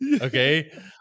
okay